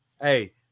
Hey